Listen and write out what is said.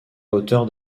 hauteur